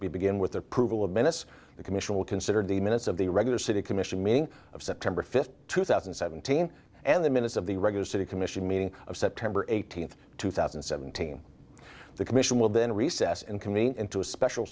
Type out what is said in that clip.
we begin with approval of minutes the commission will consider the minutes of the regular city commission meeting of september fifth two thousand and seventeen and the minutes of the regular city commission meeting of september eighteenth two thousand and seventeen the commission will then recess and convene into a special